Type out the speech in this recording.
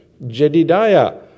Jedidiah